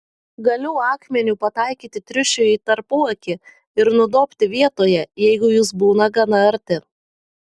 galiu akmeniu pataikyti triušiui į tarpuakį ir nudobti vietoje jeigu jis būna gana arti